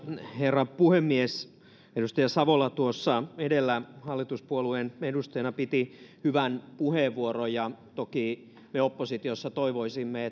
herra puhemies edustaja savola tuossa edellä hallituspuolueen edustajana piti hyvän puheenvuoron toki me oppositiossa toivoisimme